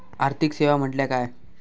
आर्थिक सेवा म्हटल्या काय?